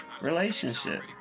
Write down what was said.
relationship